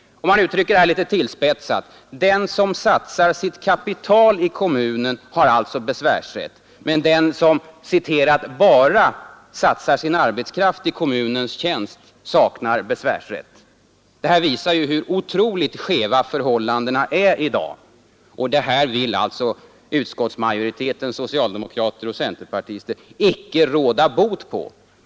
För att uttrycka det litet tillspetsat: den som satsar sitt kapital i kommunen har alltså besvärsrätt, men den som ”bara” satsar sin arbetskraft i kommunens tjänst saknar besvärsrätt. Detta visar hur otroligt skeva förhållandena är i dag. Detta vill alltså utskottsmajoriteten, socialdemokrater och centerpartister, icke råda bot på.